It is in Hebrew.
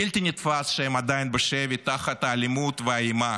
בלתי נתפס שהם עדיין בשבי, תחת האלימות והאימה.